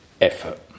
effort